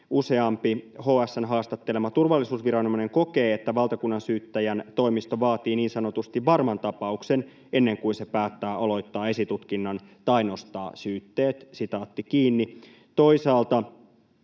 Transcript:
”Useampi HS:n haastattelema turvallisuusviranomainen kokee, että valtakunnansyyttäjän toimisto vaatii niin sanotusti varman tapauksen ennen kuin se päättää aloittaa esitutkinnan tai nostaa syytteet.” Toisaalta